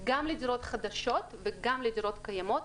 מחייבות גם לדירות חדשות וגם לדירות קיימות,